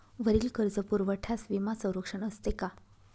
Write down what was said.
वरील कर्जपुरवठ्यास विमा संरक्षण असते का?